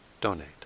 donate